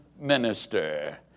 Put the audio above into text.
minister